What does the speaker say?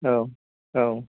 औ औ